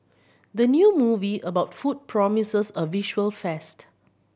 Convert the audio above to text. the new movie about food promises a visual feast